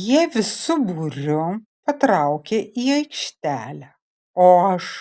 jie visu būriu patraukė į aikštelę o aš